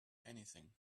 anything